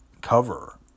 cover